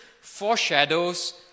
foreshadows